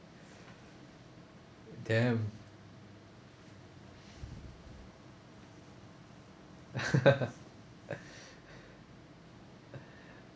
damn